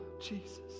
Jesus